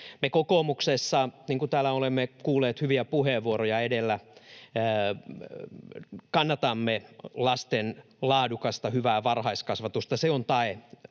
Me kokoomuksessa, niin kuin täällä olemme kuulleet hyviä puheenvuoroja edellä, kannatamme lasten laadukasta, hyvää varhaiskasvatusta. Se on tae